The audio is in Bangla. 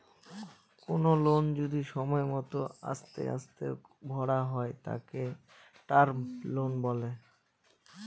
কোনো লোন যদি সময় মত আস্তে আস্তে ভরা হয় তাকে টার্ম লোন বলে